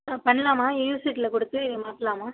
ஆ பண்ணலாம்மா யூனிசிட்டில கொடுத்து மாத்தலாம்மா